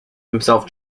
himself